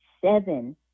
seven